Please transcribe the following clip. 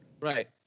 Right